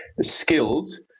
skills